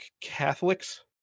catholics